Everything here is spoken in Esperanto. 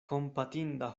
kompatinda